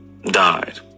died